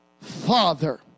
Father